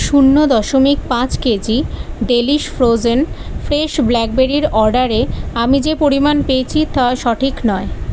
শূন্য দশমিক পাঁচ কেজি ডেলিশ ফ্রোজেন ফ্রেশ ব্ল্যাকবেরির অর্ডারে আমি যে পরিমাণ পেয়েছি তা সঠিক নয়